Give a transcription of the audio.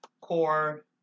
core